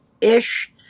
ish